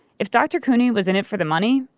if dr. couney was in it for the money,